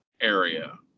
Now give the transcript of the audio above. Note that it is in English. area